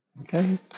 Okay